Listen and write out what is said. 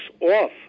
off